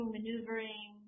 maneuvering